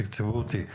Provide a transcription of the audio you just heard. הם תקצבו אותי.